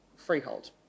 Freehold